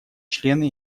члены